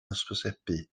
hysbysebu